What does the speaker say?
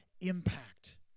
impact